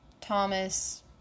Thomas